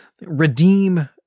redeem